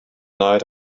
night